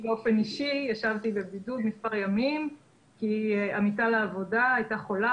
באופן אישי ישבתי בבידוד מספר ימים כי עמיתה לעבודה הייתה חולה.